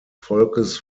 volkes